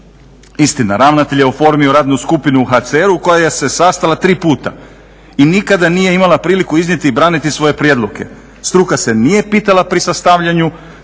Istina, ravnatelj je odobrio radnu skupinu u HCR-u koja se sastala tri puta i nikada nije imala priliku iznijeti i braniti svoje prijedloge. Struka se nije pitala pri sastavljanju